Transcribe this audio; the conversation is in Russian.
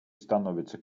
становится